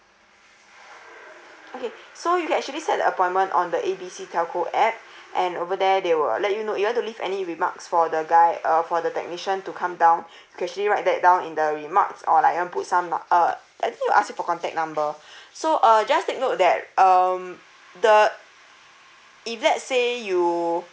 okay so you can actually set an appointment on the A B C telco app and over there they will let you know you want to leave any remarks for the guy uh for the technician to come down you can actually write that down in the remarks or like um put some note err I think they will ask you for contact number so uh just take note that um the if let's say you